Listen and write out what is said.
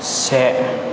से